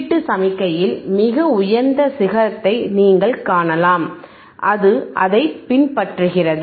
உள்ளீட்டு சமிக்ஞையில் மிக உயர்ந்த சிகரத்தை நீங்கள் காணலாம் அது அதைப் பின்பற்றுகிறது